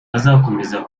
bazakomeza